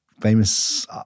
famous